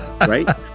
right